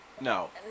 No